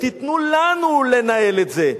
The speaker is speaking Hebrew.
תיתנו לנו לנהל את זה,